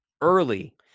early